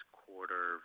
quarter